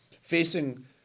facing